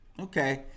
okay